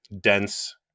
dense